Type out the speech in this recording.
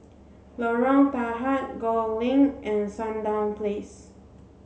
Lorong Tahar Gul Link and Sandown Place